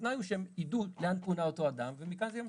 התנאי שהם ידעו לאן פונה אותו אדם ומכאן זה ימשיך.